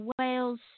Wales